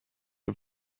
und